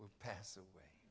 will pass away